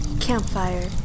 campfire